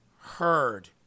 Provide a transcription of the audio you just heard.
heard